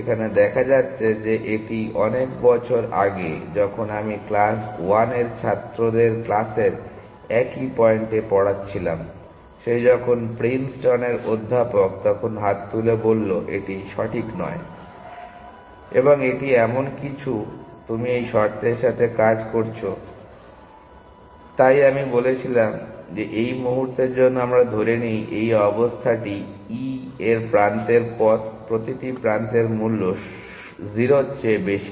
এখানে দেখা যাচ্ছে যে এটি অনেক বছর আগে যখন আমি ক্লাস 1 এর ছাত্রদের ক্লাসের একই পয়েন্টে পড়াচ্ছিলাম সে এখন প্রিন্সটনের অধ্যাপক তখন হাত তুলে বললো এটি সঠিক নয় এবং এটি এমন কিছু আপনি এই শর্তের সাথে করছেন তাই আমি বলেছিলাম এই মুহূর্তের জন্য আমরা ধরে নিই যে এই অবস্থাটি e এর প্রান্তের পথ প্রতিটি প্রান্তের মূল্য 0 এর চেয়ে বেশি